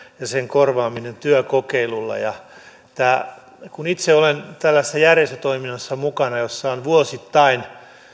ja sen korvaaminen työkokeilulla kun itse olen tällaisessa järjestötoiminnassa mukana jossa on vuosittain